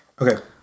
Okay